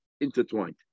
intertwined